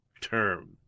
term